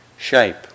shape